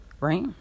right